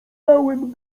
całym